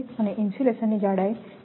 છે અને ઇન્સ્યુલેશનની જાડાઈ